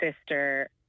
sister